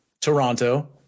Toronto